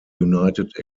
united